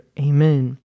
Amen